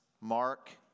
Mark